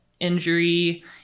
injury